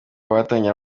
batangira